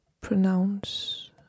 pronounce